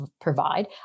provide